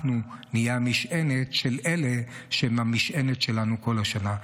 אנחנו נהיה המשענת של אלה שהם המשענת שלנו כל השנה.